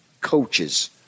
coaches